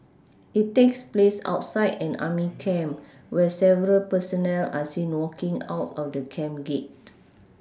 it takes place outside an army camp where several personnel are seen walking out of the camp gate